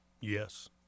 yes